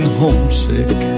homesick